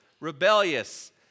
rebellious